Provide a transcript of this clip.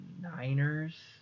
Niners